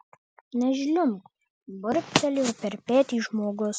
nežliumbk burbtelėjo per petį žmogus